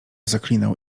zaklinał